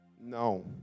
No